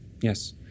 Yes